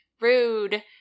rude